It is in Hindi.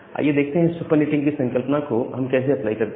आइए देखते हैं सुपर्नेटिंग की संकल्पना को हम कैसे अप्लाई करते हैं